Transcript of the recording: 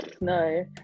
No